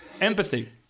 Empathy